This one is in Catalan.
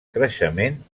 creixement